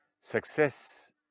Success